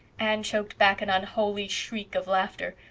anne choked back an unholy shriek of laughter.